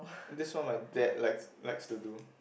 that's what my dad likes likes to do